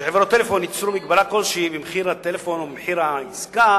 שחברות טלפון יצרו מגבלה כלשהי במחיר הטלפון או במחיר העסקה